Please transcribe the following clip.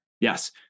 yes